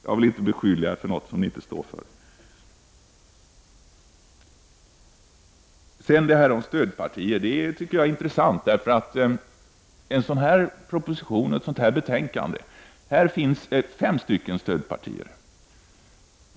Jag vill inte beskylla folkpartiet för någonting som folkpartiet inte står för. Sedan till talet om stödpartier. Jag tycker det är intressant. När det gäller den här propositionen och det här betänkandet finns det fem stödpartier.